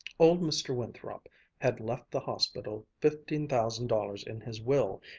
old mr. winthrop had left the hospital fifteen thousand dollars in his will,